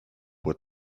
with